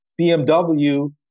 BMW